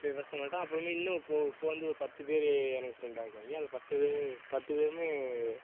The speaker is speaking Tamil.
பேசமாட்டோம் அப்புறமா இன்னும் இப்போது இப்போது வந்து ஒரு பத்து பேர் எனக்கு ஃப்ரெண்டாக இருக்காங்க அந்த பத்து பேர் பத்து பேருமே